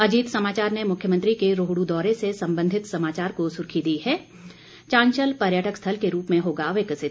अजीत समाचार ने मुख्यमंत्री के रोहड् दौरे से सम्बंधित समाचार को सुर्खी दी है चांशल पर्यटक स्थल के रूप में होगा विकसित